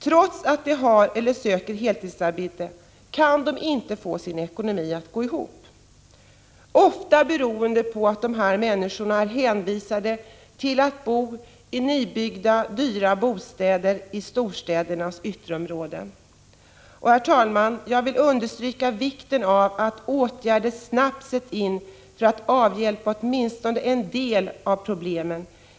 Trots att de har eller söker heltidsarbete kan de inte få sin ekonomi att gå ihop. Detta beror ofta på att dessa människor är hänvisade till att bo i nybyggda dyra bostäder i storstädernas ytterområden. Herr talman! Jag vill understryka vikten av att åtgärder snabbt sätts in för att avhjälpa åtminstone en del av problemen.